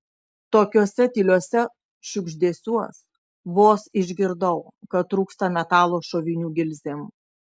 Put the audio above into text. tokiuose tyliuose šiugždesiuos vos išgirdau kad trūksta metalo šovinių gilzėm